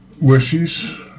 wishes